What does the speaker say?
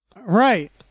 Right